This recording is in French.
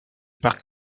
parc